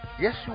Yes